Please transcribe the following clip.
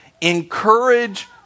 encourage